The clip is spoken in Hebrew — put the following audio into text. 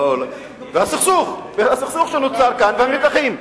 והסכסוך שנוצר כאן, והמתחים.